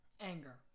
anger